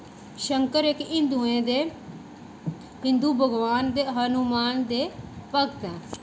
शंकर इक हिंदुएं दे हिंदू भगवान ते हनुमान दे भगत न